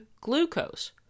glucose